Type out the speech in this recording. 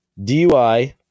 DUI